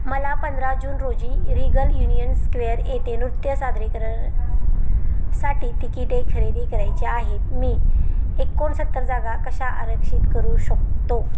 मला पंधरा जून रोजी रिगल युनियन स्क्वेअर येथे नृत्य सादरीकरणा साठी तिकिटे खरेदी करायचे आहेत मी एकोणसत्तर जागा कशा आरक्षित करू शकतो